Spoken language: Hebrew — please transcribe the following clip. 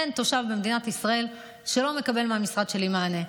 אין תושב במדינת ישראל שלא מקבל מהמשרד שלי מענה.